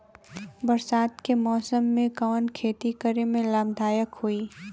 बरसात के मौसम में कवन खेती करे में लाभदायक होयी?